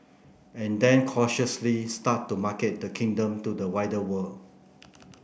and then cautiously start to market the Kingdom to the wider world